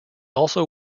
also